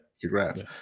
congrats